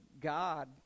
God